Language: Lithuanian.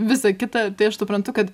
visa kita tai aš suprantu kad